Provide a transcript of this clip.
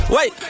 Wait